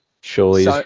surely